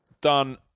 done